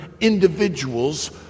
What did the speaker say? individuals